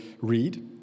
read